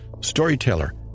storyteller